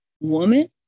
woman